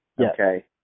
Okay